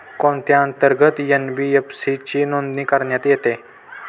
कोणत्या अंतर्गत एन.बी.एफ.सी ची नोंदणी करण्यात येते?